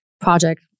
project